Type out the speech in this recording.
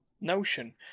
notion